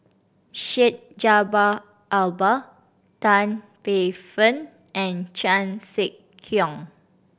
Syed Jaafar Albar Tan Paey Fern and Chan Sek Keong